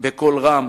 בקול רם,